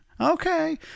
okay